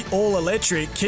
all-electric